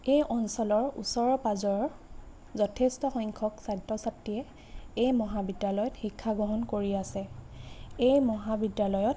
এই অঞ্চলৰ ওচৰৰ পাজৰৰ যথেষ্ট সংখ্যক ছাত্ৰ ছাত্ৰীয়ে এই মহাবিদ্যালয়ত শিক্ষা গ্ৰহণ কৰি আছে এই মহাবিদ্যালয়ত